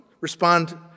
respond